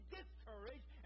discouraged